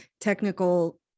technical